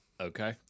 Okay